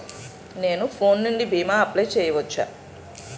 నేను ఫోన్ నుండి భీమా అప్లయ్ చేయవచ్చా?